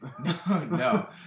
no